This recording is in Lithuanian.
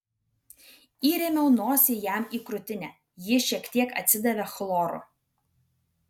įrėmiau nosį jam į krūtinę ji šiek tiek atsidavė chloru